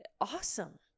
Awesome